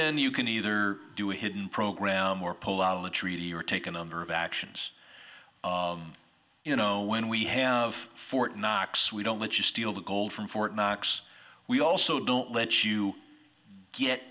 then you can either do a hidden program or pull out of the treaty or take a number of actions when we have fort knox we don't let you steal the gold from fort knox we also don't let you get